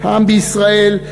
העם בישראל,